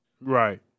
right